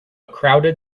crowded